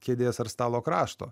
kėdės ar stalo krašto